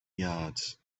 yards